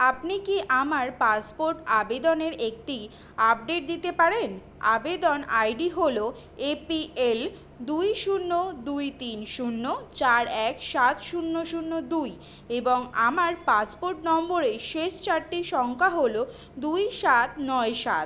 আপনি কি আমার পাসপোর্ট আবেদনের একটি আপডেট দিতে পারেন আবেদন আইডি হল এপিএল দুই শূন্য দুই তিন শূন্য চার এক সাত শূন্য শূন্য দুই এবং আমার পাসপোর্ট নম্বরের শেষ চারটি সংখ্যা হল দুই সাত নয় সাত